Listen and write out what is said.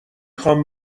خوام